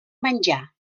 menjar